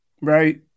right